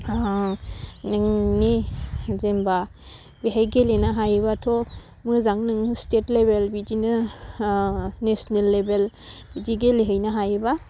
नोंनि जेनबा बेहाय गेलेनो हायोबाथ' मोजां नों स्टेट लेबेल बिदिनो नेसनेल लेबेल बिदि गेलेहैनो हायोबा